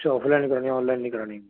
ਅੱਛਾ ਓਫਲਾਈਨ ਹੀ ਕਰਵਾਉਣੀ ਓਨਲਾਈਨ ਨਹੀਂ ਕਰਵਾਉਣੀ